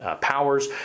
powers